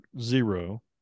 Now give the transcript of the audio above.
zero